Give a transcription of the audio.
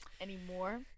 anymore